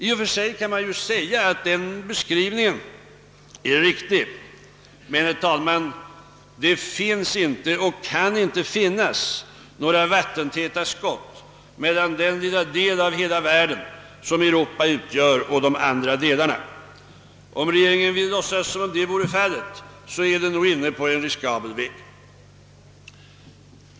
I och för sig kan man väl säga att beskrivningen är riktig, men, herr talman, det finns inte och kan inte finnas några vattentäta skott mellan den lilla del av hela världen som Europa utgör och de andra delarna. Om regeringen vill låtsas som om det vore fallet, så är den inne på en riskabel väg.